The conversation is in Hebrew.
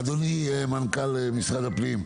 אדוני מנכ"ל משרד הפנים,